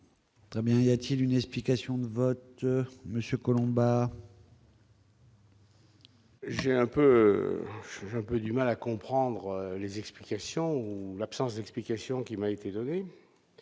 Très bien, il y a-t-il une explication de vote Monsieur Collombat. J'ai un peu, un peu du mal à comprendre les explications ou l'absence d'explication qui m'a été donné,